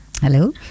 Hello